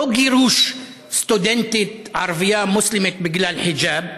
לא גירוש סטודנטית ערבייה מוסלמית בגלל חיג'אב,